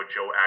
Joe